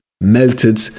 melted